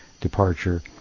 departure